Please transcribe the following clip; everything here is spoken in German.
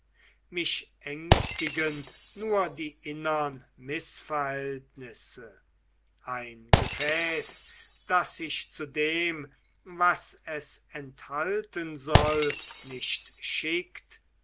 mich ängstigen nur die innern mißverhältnisse ein gefäß das sich zu dem was es enthalten soll nicht schickt